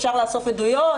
אפשר לאסוף עדויות.